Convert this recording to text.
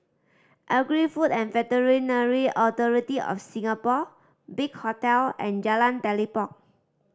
Agri Food and Veterinary Authority of Singapore Big Hotel and Jalan Telipok